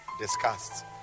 discussed